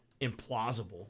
implausible